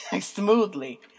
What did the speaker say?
smoothly